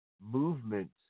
movement